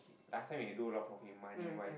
last time we can do a lot for him money wise